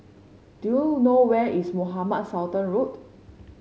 do you know where is Mohamed Sultan Road